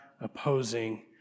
opposing